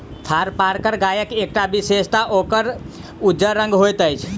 थारपारकर गायक एकटा विशेषता ओकर उज्जर रंग होइत अछि